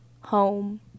home